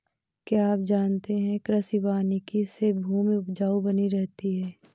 क्या आप जानते है कृषि वानिकी से भूमि उपजाऊ बनी रहती है?